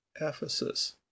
Ephesus